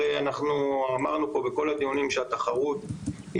הרי אנחנו אמרנו פה בכל הדיונים שהתחרות היא